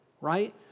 right